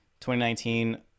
2019